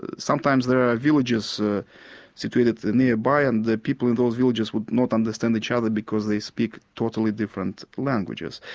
ah sometimes there are villages ah situated nearby and the people in those villages would not understand each other because they speak totally different languages.